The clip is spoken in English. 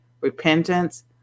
repentance